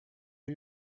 are